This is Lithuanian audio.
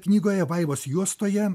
knygoje vaivos juostoje